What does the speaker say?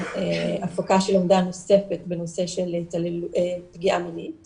הפקה של לומדה נוספת בנושא של פגיעה מינית